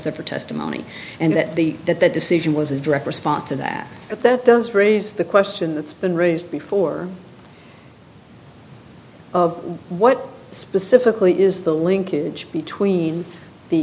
separate testimony and that the that that decision was a direct response to that but that does raise the question that's been raised before of what specifically is the linkage between the